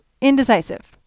indecisive